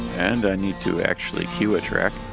and i need to actually cue a track,